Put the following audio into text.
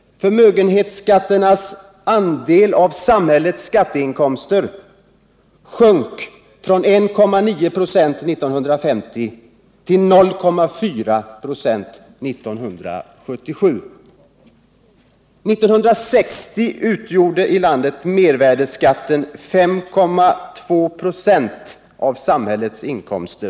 Förmögenhetsskattens andel av samhällets skatteinkomster sjönk från 1,9 26 1950 till 0,4 96 1977. År 1960 utgjorde mervärdeskatten 5,2 96 av samhällets inkomster.